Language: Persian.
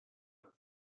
پسر